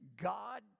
God